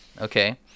Okay